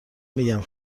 میگم